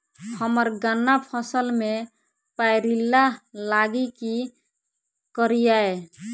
हम्मर गन्ना फसल मे पायरिल्ला लागि की करियै?